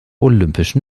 olympischen